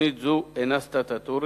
תוכנית זו אינה סטטוטורית,